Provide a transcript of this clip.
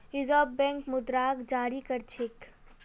reserve Bank मुद्राक जारी कर छेक